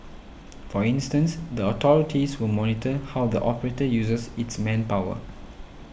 for instance the authorities will monitor how the operator uses its manpower